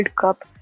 Cup